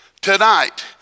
tonight